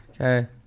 Okay